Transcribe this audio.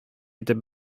итеп